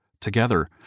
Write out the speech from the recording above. Together